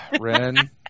ren